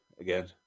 again